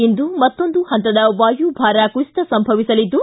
ಇಂದು ಮತ್ತೊಂದು ಹಂತದ ವಾಯುಭಾರ ಕುಸಿತ ಸಂಭವಿಸಲಿದ್ದು